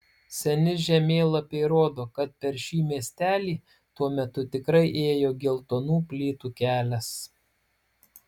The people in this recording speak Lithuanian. seni žemėlapiai rodo kad per šį miestelį tuo metu tikrai ėjo geltonų plytų kelias